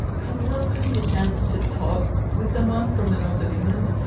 i love having a chance to talk with someone from the north of england,